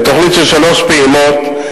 תוכנית של שלוש פעימות,